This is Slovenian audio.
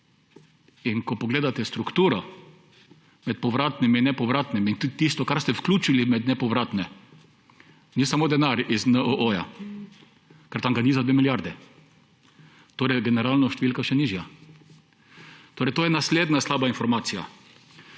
Ko pogledate strukturo med povratnimi in nepovratnimi in tudi tisto, kar ste vključili med nepovratne, ni samo denar iz NOO, ker tam ga ni za 2 milijardi, torej je generalno številka še nižja. To je naslednja slaba informacija.